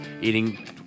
Eating